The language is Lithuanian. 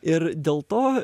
ir dėl to